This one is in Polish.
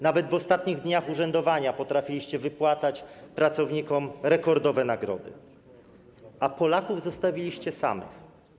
Nawet w ostatnich dniach urzędowania potrafiliście wypłacać pracownikom rekordowe nagrody, a Polaków zostawiliście samych.